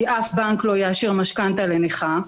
כי אף בנק לא יאשר משכנתה לנכה,